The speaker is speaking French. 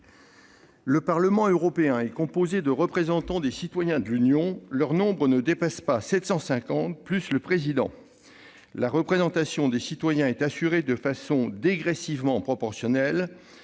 Le Parlement européen est composé de représentants des citoyens de l'Union. Leur nombre ne dépasse pas sept cent cinquante, plus le président. La représentation des citoyens est assurée de façon dégressivement proportionnelle,